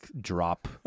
drop